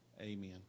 Amen